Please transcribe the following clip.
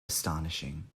astonishing